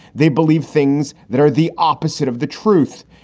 they believe things that are the opposite of the truth,